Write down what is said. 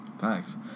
Thanks